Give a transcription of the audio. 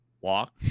walk